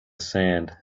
sand